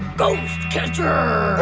ghost catchers